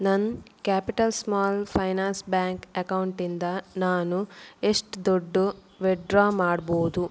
ನನ್ನ capital small finance bank ಅಕೌಂಟಿಂದ ನಾನು ಎಷ್ಟು ದುಡ್ಡು ವಿಡ್ರಾ ಮಾಡ್ಬೋದು